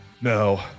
No